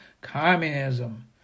communism